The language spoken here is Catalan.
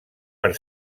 per